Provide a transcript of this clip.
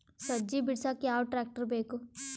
ಸಜ್ಜಿ ಬಿಡಸಕ ಯಾವ್ ಟ್ರ್ಯಾಕ್ಟರ್ ಬೇಕು?